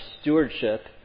stewardship